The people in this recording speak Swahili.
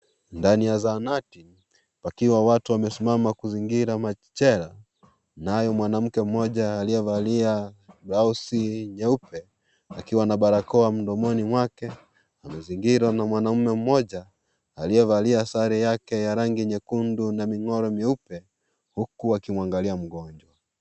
Ndani ya zahanati pakiwa watu wamesimama kuzingira machela nayo mwanamke mmoja aliyevalia blausi nyeupe akiwa na barakoa mdomoni mwake amezingirwa na mwanaume mmoja aliyevalia sare yake ya rangi nyekundu na mingiro meupe huku akimwangalia mgonjwa.